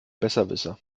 besserwisser